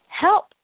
help